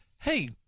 hey